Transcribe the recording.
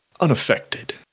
unaffected